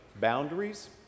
boundaries